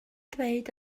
dweud